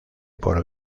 por